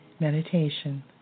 meditation